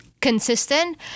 consistent